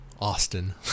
Austin